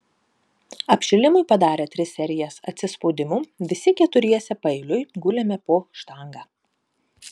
apšilimui padarę tris serijas atsispaudimų visi keturiese paeiliui gulėme po štanga